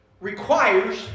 Requires